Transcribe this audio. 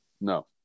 No